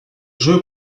jeu